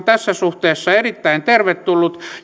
tässä suhteessa erittäin tervetullut